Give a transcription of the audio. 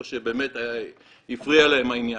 או שבאמת הפריע להם העניין,